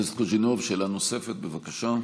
חבר הכנסת קוז'ינוב, שאלה נוספת, בבקשה.